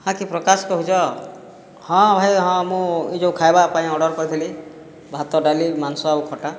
ହାଁ କିଏ ପ୍ରକାଶ କହୁଛ ହଁ ଭାଇ ହଁ ମୁଁ ଏହି ଯେଉଁ ଖାଇବା ପାଇଁ ଅର୍ଡ଼ର କରିଥିଲି ଭାତ ଡାଲି ମାଂସ ଆଉ ଖଟା